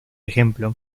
ejemplo